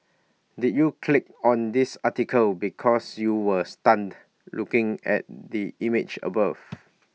did you click on this article because you were stunned looking at the image above